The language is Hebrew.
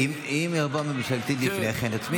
אם תבוא הממשלתית לפני כן, יצמידו.